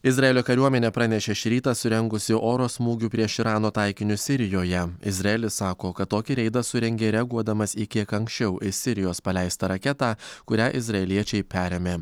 izraelio kariuomenė pranešė šį rytą surengusi oro smūgių prieš irano taikinius sirijoje izraelis sako kad tokį reidą surengė reaguodamas į kiek anksčiau iš sirijos paleistą raketą kurią izraeliečiai perėmė